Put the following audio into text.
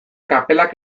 kapelak